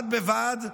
בד בבד,